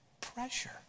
Pressure